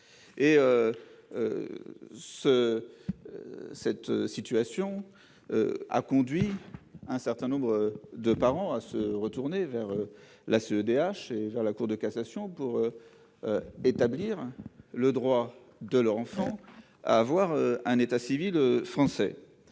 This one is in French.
situation actuelle a conduit un certain nombre de parents à se tourner vers la CEDH et la Cour de cassation pour qu'elles établissent le droit de leur enfant à avoir un état civil français.